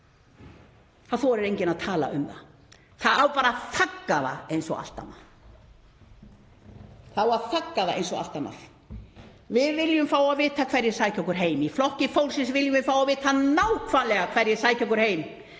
það þorir enginn að tala um það. Það á bara að þagga það niður eins og allt annað. Við viljum fá að vita hverjir sækja okkur heim. Í Flokki fólksins viljum við fá að vita nákvæmlega hverjir sækja okkur heim.